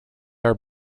are